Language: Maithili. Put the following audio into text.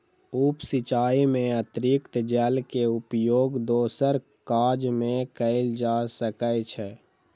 उप सिचाई में अतरिक्त जल के उपयोग दोसर काज में कयल जा सकै छै